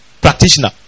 practitioner